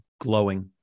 Glowing